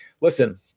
Listen